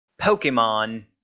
Pokemon